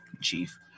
Chief